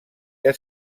que